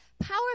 Power